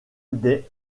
des